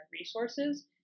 resources